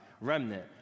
Remnant